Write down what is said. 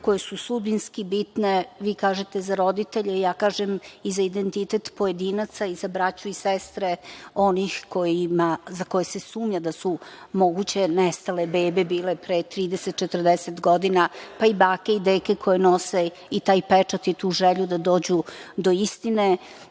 koje su sudbinski bitne vi kažete za roditelje, a ja kažem i za identitet pojedinaca, i za braću i sestre onih za koje se sumnja da su moguće nestale bebe bile pre trideset, četrdeset godina, pa i bake i deke koje nose i taj pečat i tu želju da dođu do istine,